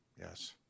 yes